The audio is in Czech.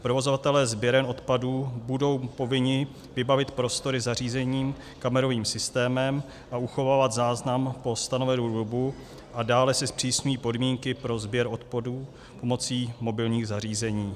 Provozovatelé sběren odpadů budou povinni vybavit prostory zařízením, kamerovým systémem a uchovávat záznam po stanovenou dobu, a dále se zpřísňují podmínky pro sběr odpadů pomocí mobilních zařízení.